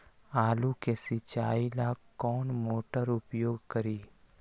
आलू के सिंचाई ला कौन मोटर उपयोग करी?